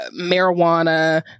marijuana